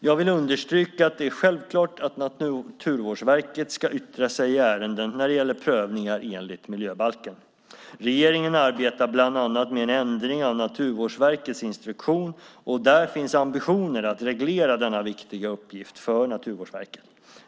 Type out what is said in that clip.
Jag vill understryka att det är självklart att Naturvårdsverket ska yttra sig i ärenden när det gäller prövningar enligt miljöbalken. Regeringen arbetar bland annat med en ändring av Naturvårdsverkets instruktion, och där finns ambitioner att reglera denna viktiga uppgift för Naturvårdsverket.